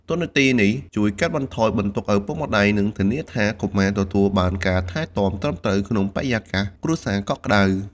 តួនាទីនេះជួយកាត់បន្ថយបន្ទុកឪពុកម្តាយ និងធានាថាកុមារទទួលបានការថែទាំត្រឹមត្រូវក្នុងបរិយាកាសគ្រួសារកក់ក្តៅ។